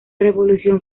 revolución